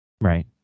Right